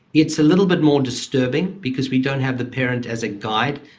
it's a little bit more disturbing because we don't have the parent as a guide,